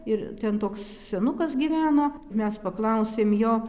ir ten toks senukas gyveno mes paklausėm jo